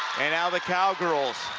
and now the cowgirls